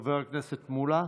חבר הכנסת מולא,